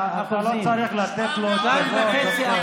אתה לא צריך לתת לו תשובות,